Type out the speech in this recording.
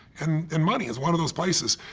and and money is one of those places.